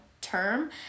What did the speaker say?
term